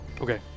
Okay